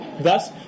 Thus